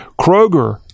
kroger